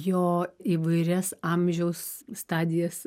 jo įvairias amžiaus stadijas